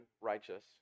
righteous